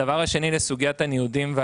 הדבר השני הוא סוגיית הניודים.